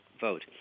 vote